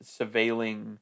surveilling